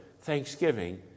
Thanksgiving